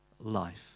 life